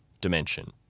dimension